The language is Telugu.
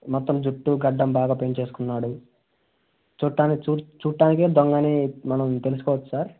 మొత్తం జుట్టు గడ్డం బాగా పెంచుకున్నాడు చూట్టానికే చూ చూట్టానికి దొంగ అని మనం తెలుసుకోవచ్చు సార్